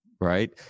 Right